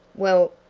well,